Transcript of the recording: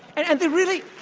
and and the really